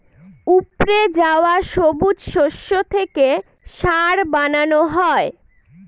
উপড়ে যাওয়া সবুজ শস্য থেকে সার বানানো হয়